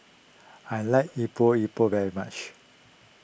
I like Epok Epok very much